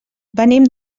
venim